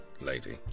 lady